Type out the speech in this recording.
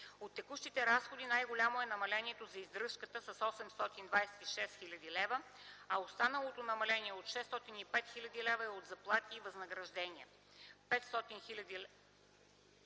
От текущите разходи най-голямо е намалението за издръжката с 826,0 хил. лв., а останалото намаление от 605,0 хил. лв. е от заплатите и възнагражденията